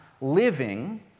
living